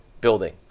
building